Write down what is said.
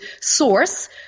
source